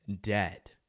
dead